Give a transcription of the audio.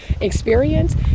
experience